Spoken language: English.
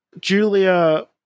Julia